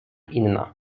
inna